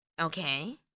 Okay